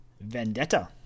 Vendetta